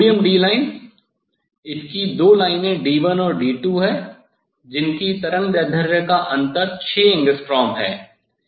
जैसे sodium D lines इसकी दो लाइनें D1 और D2 हैं जिनकी तरंगदैर्ध्य का अंतर 6 एंगस्ट्रॉम है